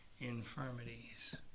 infirmities